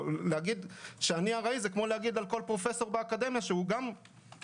להגיד שאני ארעי זה כמו להגיד על כל פרופסור באקדמיה שהוא גם זמני.